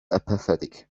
apathetic